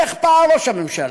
איך פעל ראש הממשלה?